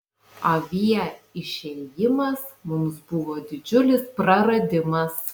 avie išėjimas mums buvo didžiulis praradimas